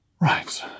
right